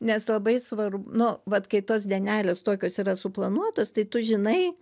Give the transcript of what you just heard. nes labai svar nu vat kai tos dienelės tokios yra suplanuotos tai tu žinai